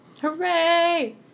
Hooray